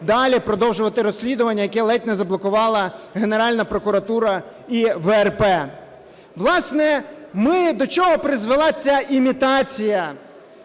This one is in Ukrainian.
далі продовжувати розслідування, яке ледь не заблокувала Генеральна прокуратура і ВРП. Власне, до чого призвела ця імітація.